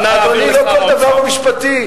אדוני, לא כל דבר הוא משפטי.